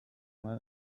mal